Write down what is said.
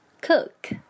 Cook